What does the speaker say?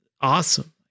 awesome